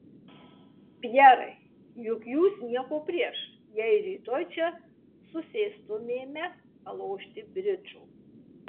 pjerai juk jūs nieko prieš jei rytoj čia susėstumėme palošti bridžo